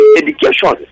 education